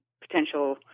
potential